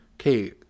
okay